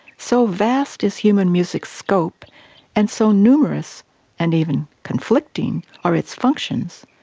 so vast is human music's scope and so numerous and even conflicting are its functions,